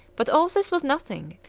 but all this was nothing,